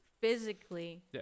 physically